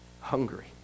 hungry